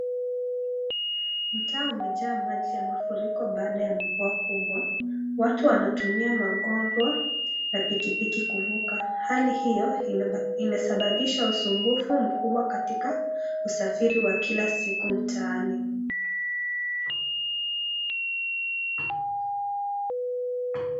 Mtaa umejaa maji ya mafuriko baada ya mvua kubwa. Watu wanatumia magoro na pikipiki kuvuka. Hali hiyo imesababisha usumbufu mkubwa katika usafiri wa kila siku mtaani.